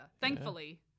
Thankfully